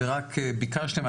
רק ביקשתם,